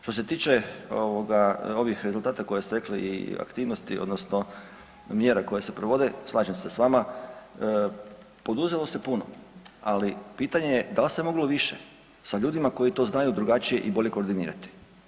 Što se tiče ovoga, ovih rezultata koje ste rekli i aktivnosti odnosno mjera koje se provode, slažem se s vama, poduzelo se puno, ali pitanje je da li se moglo više sa ljudima koji to znaju drugačije i bolje koordinirati.